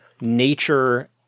nature